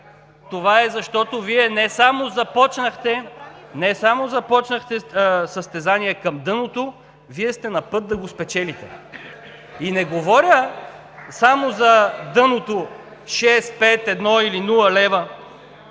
това и е защото Вие не само започнахте състезание към дъното, Вие сте на път да го спечелите. И не говоря само за дъното шест, пет, едно